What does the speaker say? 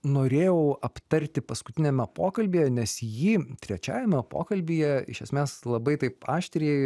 norėjau aptarti paskutiniame pokalbyje nes jį trečiajame pokalbyje iš esmės labai taip aštriai